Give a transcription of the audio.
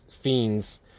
Fiends